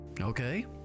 okay